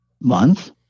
month